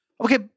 Okay